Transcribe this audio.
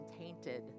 tainted